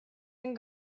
and